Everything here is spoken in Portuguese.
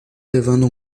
levando